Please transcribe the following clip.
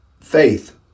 faith